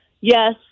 yes